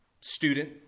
student